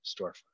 storefront